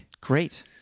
Great